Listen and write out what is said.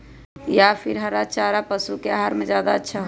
या फिर हरा चारा पशु के आहार में ज्यादा अच्छा होई?